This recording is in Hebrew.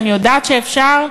ואני יודעת שאפשר,